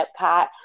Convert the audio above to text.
Epcot